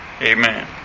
amen